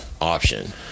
option